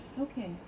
Okay